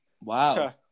wow